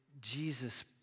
Jesus